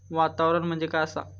वातावरण म्हणजे काय असा?